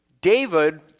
David